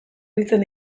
biltzen